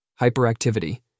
hyperactivity